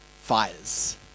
fires